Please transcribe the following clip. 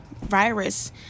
virus